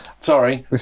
Sorry